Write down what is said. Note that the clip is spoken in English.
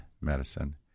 medicine